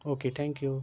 okay thank you